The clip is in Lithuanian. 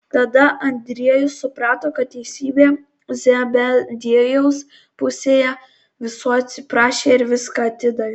tada andriejus suprato kad teisybė zebediejaus pusėje visų atsiprašė ir viską atidavė